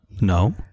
No